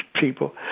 people